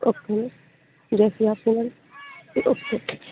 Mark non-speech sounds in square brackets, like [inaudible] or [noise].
okay जैसे आपकी [unintelligible] okay ठीक है